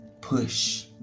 push